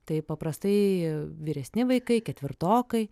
tai paprastai vyresni vaikai ketvirtokai